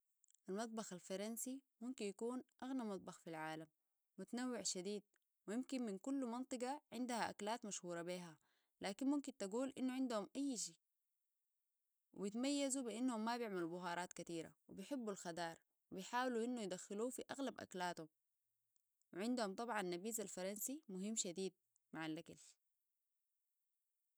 المطبخ الفرنسي ممكن يكون أغنى مطبخ في العالم ومتنوع شديد ويمكن من كل منطقة عندها أكلات مشهورة بيها لكن ممكن تقول إنه عندهم أي شيء ويتميزوا بإنهم ما بيعملوا بوهارات كتيرة وبيحبوا الخدار وبيحاولوا إنو يدخلو في أغلب أكلاتهم وعندهم طبعاً النبيز الفرنسي مهم شديد مع الأكل